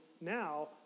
now